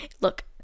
look